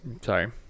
sorry